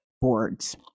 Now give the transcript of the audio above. boards